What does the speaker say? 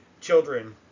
children